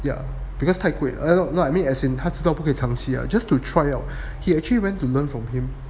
ya because 太贵 I don't I mean 他知道不可以长期 ah just to try out he actually went to learn from him